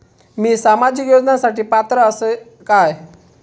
मी सामाजिक योजनांसाठी पात्र असय काय?